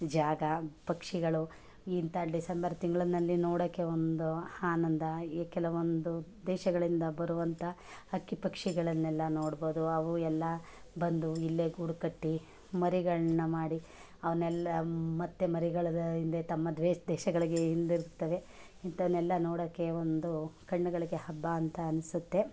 ಜಾಗ ಪಕ್ಷಿಗಳು ಇಂಥ ಡಿಸೆಂಬರ್ ತಿಂಗಳಿನಲ್ಲಿ ನೋಡೋಕೆ ಒಂದು ಆನಂದ ಈ ಕೆಲವೊಂದು ದೇಶಗಳಿಂದ ಬರುವಂಥ ಹಕ್ಕಿ ಪಕ್ಷಿಗಳನೆಲ್ಲ ನೋಡ್ಬೋದು ಅವು ಎಲ್ಲ ಬಂದು ಇಲ್ಲೇ ಗೂಡು ಕಟ್ಟಿ ಮರಿಗಳನ್ನ ಮಾಡಿ ಅವನ್ನೆಲ್ಲ ಮತ್ತೆ ಮರಿಗಳ ಹಿಂದೆ ತಮ್ಮ ದ್ವೆ ದೇಶಗಳಿಗೆ ಹಿಂದಿರುಗ್ತವೆ ಇಂಥವನ್ನೆಲ್ಲ ನೋಡೋಕೆ ಒಂದು ಕಣ್ಣುಗಳಿಗೆ ಹಬ್ಬ ಅಂತ ಅನ್ನಿಸುತ್ತೆ